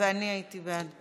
ואני הייתי בעד.